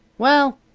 well,